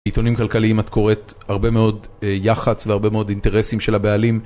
בעיתונים כלכליים את קוראת הרבה מאוד יח"צ והרבה מאוד אינטרסים של הבעלים